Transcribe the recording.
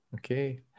Okay